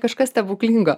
kažkas stebuklingo